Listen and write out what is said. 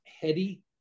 heady